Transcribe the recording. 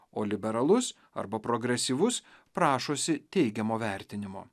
o liberalus arba progresyvus prašosi teigiamo vertinimo